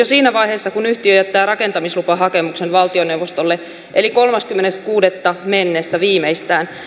siinä vaiheessa kun yhtiö jättää rakentamislupahakemuksen valtioneuvostolle eli kolmaskymmenes kuudetta mennessä viimeistään